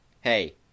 Hey